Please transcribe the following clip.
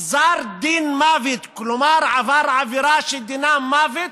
גזר דין מוות, כלומר עבר עבירה שדינה מוות,